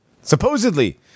Supposedly